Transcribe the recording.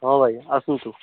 ହଁ ଭାଇ ଆସନ୍ତୁ